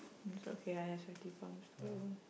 it's okay I have sweaty palms too